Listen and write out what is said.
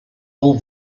all